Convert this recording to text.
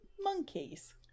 monkeys